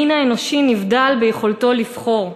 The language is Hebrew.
המין האנושי נבדל ביכולתו לבחור,